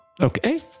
Okay